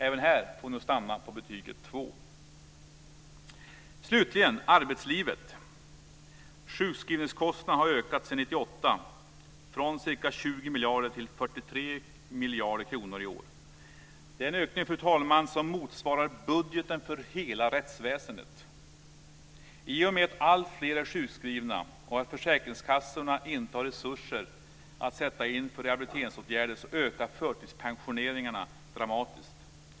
Även här får vi nog stanna på betyget 2. Slutligen har vi arbetslivet. Sjukskrivningskostnaden har ökat sedan 1998 från ca 20 miljarder till 43 miljarder kronor i år. Det är en ökning, fru talman, som motsvarar budgeten för hela rättsväsendet. I och med att alltfler är sjukskrivna och att försäkringskassorna inte har resurser att sätta in för rehabiliteringsåtgärder ökar förtidspensioneringarna dramatiskt.